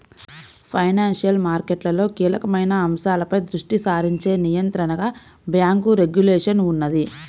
financial మార్కెట్లలో కీలకమైన అంశాలపై దృష్టి సారించే నియంత్రణగా బ్యేంకు రెగ్యులేషన్ ఉన్నది